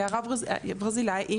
ברזילאי,